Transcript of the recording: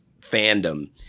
fandom